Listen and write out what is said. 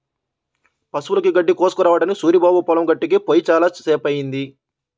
పశువులకి గడ్డి కోసుకురావడానికి సూరిబాబు పొలం గట్టుకి పొయ్యి చాలా సేపయ్యింది